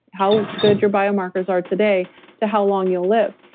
how good your biomarkers are today to how long you'll live.